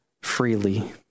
freely